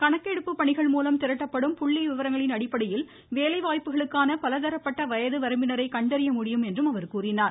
கணக்கெடுப்புப் பணிகள் மூலம் திரட்டப்படும் புள்ளி விவரங்களின் அடிப்படையில் வேலை வாய்ப்புகளுக்கான பலதரப்பட்ட வயது வரம்பினரை கண்டறிய முடியும் என்றும் அவர் கூறினார்